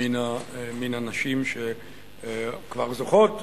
מן הנשים, שכבר זוכות